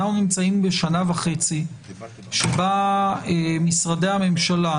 אנחנו נמצאים בשנה וחצי שבה משרדי הממשלה